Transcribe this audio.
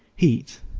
heat,